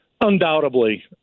Undoubtedly